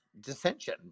dissension